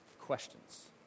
questions